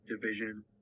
Division